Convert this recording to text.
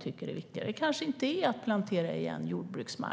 tycker är viktiga. Det kanske inte är att till exempel plantera igen jordbruksmark.